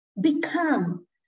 become